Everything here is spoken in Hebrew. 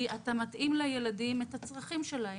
כי אתה מתאים לילדים את הצרכים שלהם.